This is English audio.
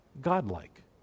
godlike